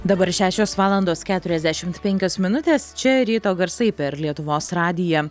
dabar šešios valandos keturiasdešimt penkios minutės čia ryto garsai per lietuvos radiją